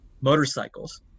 motorcycles